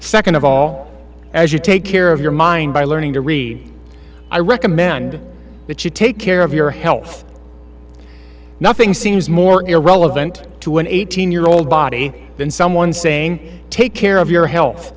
second of all as you take care of your mind by learning to read i recommend that you take care of your health nothing seems more irrelevant to an eighteen year old body than someone saying take care of your health